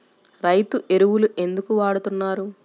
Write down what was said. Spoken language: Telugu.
రైతు ఎరువులు ఎందుకు వాడుతున్నారు?